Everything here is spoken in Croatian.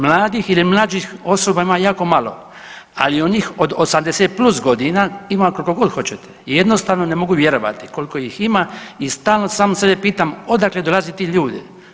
Mladih ili mlađih osoba ima jako malo, ali onih od 80+ godina ima koliko god hoćete i jednostavno ne mogu vjerovati koliko ih ima i stalno sam sebe pitam odakle dolaze ti ljudi.